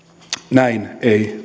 näin ei